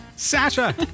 Sasha